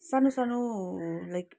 सानो सानो लाइक